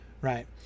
right